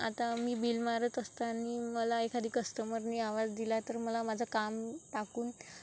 आता मी बिल मारत असताना मला एखादी कस्टमरने आवाज दिला तर मला माझं काम टाकून